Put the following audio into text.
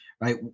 Right